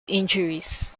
injuries